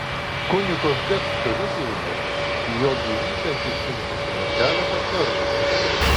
kunigo zdebskio liudijimu į jo gyvybę kėsintasi net keletą kartų